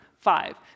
Five